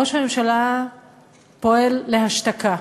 ראש הממשלה פועל להשתקה,